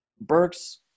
Burks